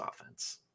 offense